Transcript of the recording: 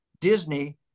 Disney